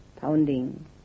pounding